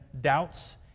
doubts